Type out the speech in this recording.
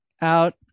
out